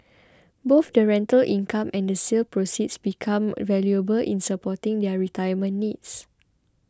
both the rental income and the sale proceeds become valuable in supporting their retirement needs